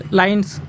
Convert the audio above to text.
lines